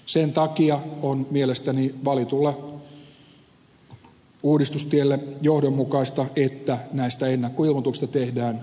sen takia on mielestäni valitulle uudistustielle johdonmukaista että näistä ennakkoilmoituksista tehdään pakollisia